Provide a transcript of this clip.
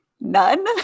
None